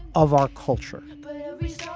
of our culture